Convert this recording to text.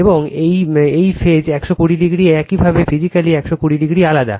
এবং এই বায়ু 120o একইভাবে ফিজিক্যালি 120 ডিগ্রী আলাদা